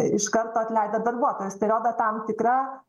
iš karto atleido darbuotojus tai rodo tam tikrą